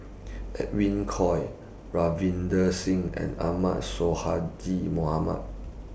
Edwin Koek Ravinder Singh and Ahmad Sonhadji Mohamad